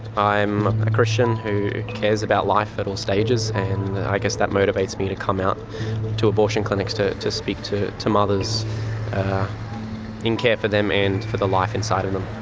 i'm a christian who cares about life at all stages and i guess that motivates me to come out to abortion clinics to to speak to to mothers in care for them and for the life inside of them.